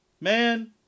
man